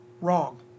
Wrong